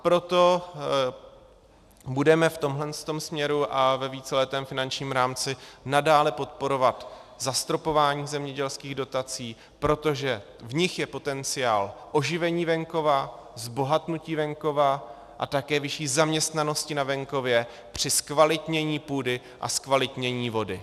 Proto budeme v tomto směru a ve víceletém finančním rámci nadále podporovat zastropování zemědělských dotací, protože v nich je potenciál oživení venkova, zbohatnutí venkova a také vyšší zaměstnanosti na venkově při zkvalitnění půdy a zkvalitnění vody.